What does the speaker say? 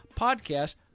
podcast